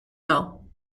now